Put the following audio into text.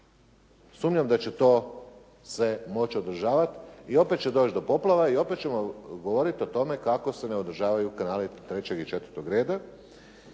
Sumnjam da će to se moći održavati. I opet će doći do poplava i opet ćemo govoriti o tome kako se ne održavaju kanali trećeg i četvrtog reda,